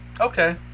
okay